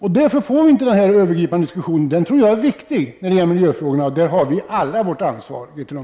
Därför får vi inte den övergripande diskussion som jag tror är viktig när det gäller miljöfrågorna. Där har vi alla ett ansvar, Grethe Lundblad.